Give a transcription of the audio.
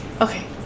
Okay